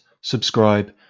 subscribe